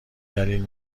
دلیل